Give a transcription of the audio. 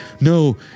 No